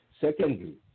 secondly